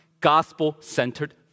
gospel-centered